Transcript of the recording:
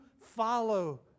follow